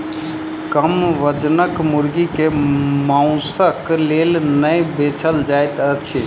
कम वजनक मुर्गी के मौंसक लेल नै बेचल जाइत छै